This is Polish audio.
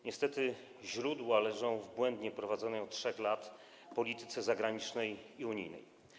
Niestety źródła leżą w błędnie prowadzonej od 3 lat polityce zagranicznej i unijnej.